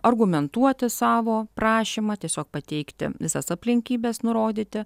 argumentuoti savo prašymą tiesiog pateikti visas aplinkybes nurodyti